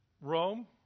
Rome